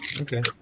Okay